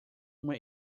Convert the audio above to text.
uma